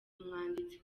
umwanditsi